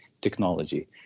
technology